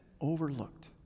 overlooked